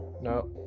no